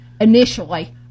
initially